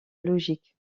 logique